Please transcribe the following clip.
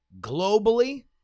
globally